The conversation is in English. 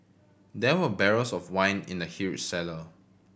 there were barrels of wine in the huge cellar